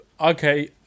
Okay